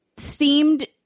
themed